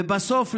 ובסוף להגיע,